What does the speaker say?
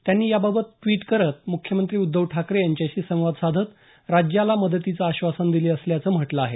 त्यांनी याबाबत द्वीट करत मुख्यमंत्री उद्धव ठाकरे यांच्याशी संवाद साधत राज्याला मदतीचं आश्वासन दिलं असल्याचं म्हटलं आहे